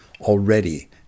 already